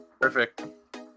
Perfect